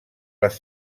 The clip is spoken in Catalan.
les